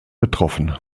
betroffen